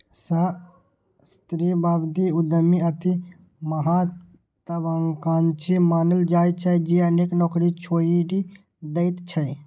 सहस्राब्दी उद्यमी अति महात्वाकांक्षी मानल जाइ छै, जे अनेक नौकरी छोड़ि दैत छै